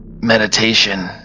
meditation